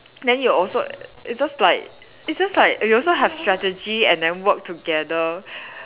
then you also it's just like it's just like you also have strategy and then work together